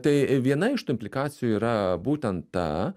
tai viena iš implikacijų yra būtent ta